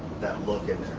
that look in